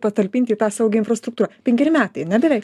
patalpint į tą saugią infrastruktūrą penkeri metai ane beveik